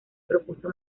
propuso